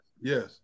yes